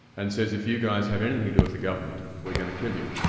and says, if you guys have anything to do with the government, we're going to kill you.